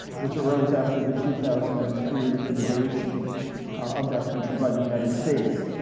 which arose after the two thousand and three invasion of that country by the united states.